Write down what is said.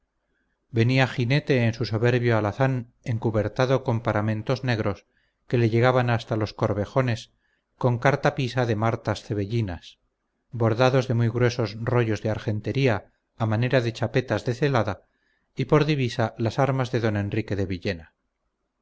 venía jinete en un soberbio alazán encubertado con paramentos negros que le llegaban hasta los corbejones con cartapisa de martas cebellinas bordados de muy gruesos rollos de argentería a manera de chapetas de celada y por divisa las armas de don enrique de villena